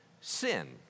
sin